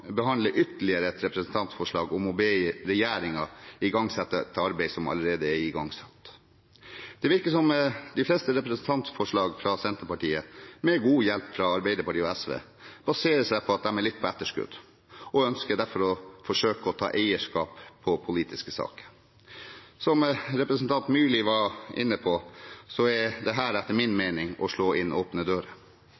behandler ytterligere et representantforslag om å be regjeringen igangsette et arbeid som allerede er igangsatt. Det virker som de fleste representantforslag fra Senterpartiet, med god hjelp fra Arbeiderpartiet og SV, baserer seg på at de er litt på etterskudd, og ønsker derfor å forsøke å ta eierskap til politiske saker. Representanten Myrli var inne på dette å slå inn åpne dører. Dette er etter min